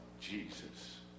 Jesus